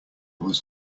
was